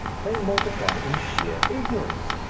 they multiply in sheer ignorance,